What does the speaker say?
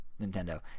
Nintendo